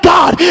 God